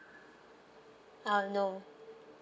uh no